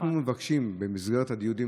אנחנו מבקשים במסגרת הדיונים,